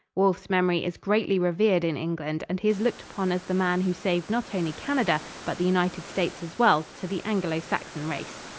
wolfe's memory is greatly revered in england and he is looked upon as the man who saved not only canada, but the united states as well, to the anglo-saxon race.